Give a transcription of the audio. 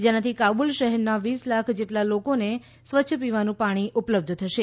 જેનાથી કાબૂલ શહેરના વીસ લાખ જેટલા જેટલા લોકોને સ્વચ્છ પીવાનું પાણી ઉપલબ્ધ થશે